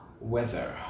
weather